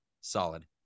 solid